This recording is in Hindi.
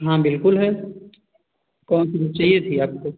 हाँ बिल्कुल है कौन सी बुक चाहिए थी आपको